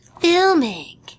filming